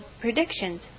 Predictions